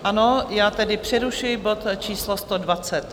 Ano, já tedy přerušuji bod číslo 128.